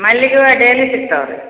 ಮಲ್ಲಿಗೆ ಹೂವ ಡೇಲಿ ಸಿಕ್ತಾವೆ ರೀ